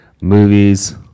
movies